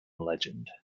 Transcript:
legend